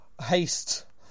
haste